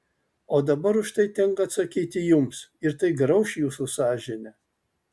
o dabar už tai tenka atsakyti jums ir tai grauš jūsų sąžinę